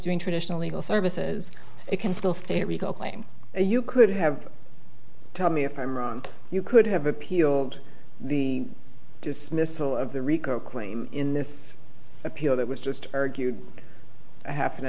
doing traditional legal services it can still state rico claim you could have tell me if i'm wrong you could have appealed the dismissal of the rico claim in this appeal that was just argued a half an